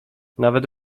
nawet